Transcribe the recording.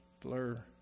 blur